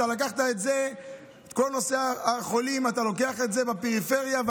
את כל נושא החולים בפריפריה אתה לוקח,